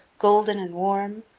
golden and warm,